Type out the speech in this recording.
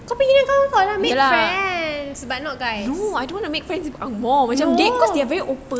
kau punya kawan kau ada make friends no but not guys no